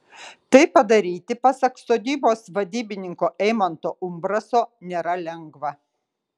tai padaryti pasak sodybos vadybininko eimanto umbraso nėra lengva